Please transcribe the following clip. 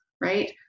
right